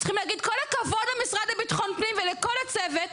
צריכים להגיד כל הכבוד למשרד לביטחון הפנים ולכל הצוות,